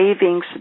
savings